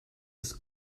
ist